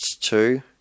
two